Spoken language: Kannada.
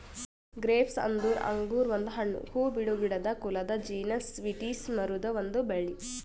ಗ್ರೇಪ್ಸ್ ಅಂದುರ್ ಅಂಗುರ್ ಒಂದು ಹಣ್ಣು, ಹೂಬಿಡೋ ಗಿಡದ ಕುಲದ ಜೀನಸ್ ವಿಟಿಸ್ ಮರುದ್ ಒಂದ್ ಬಳ್ಳಿ